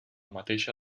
mateixa